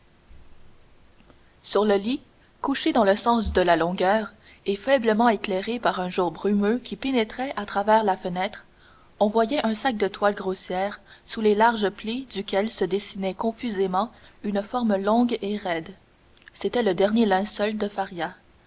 sur le lit couché dans le sens de la longueur et faiblement éclairé par un jour brumeux qui pénétrait à travers la fenêtre on voyait un sac de toile grossière sous les larges plis duquel se dessinait confusément une forme longue et raide c'était le dernier linceul de